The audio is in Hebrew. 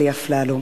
אלי אפללו,